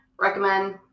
recommend